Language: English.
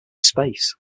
space